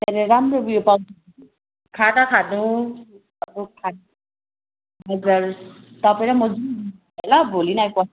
त्यहाँनेर राम्रो उयो पाउँछ खाना खानु अन्त तपाईँ र म जाऊँ न ल भोलि नभए पर्सि